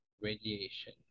radiation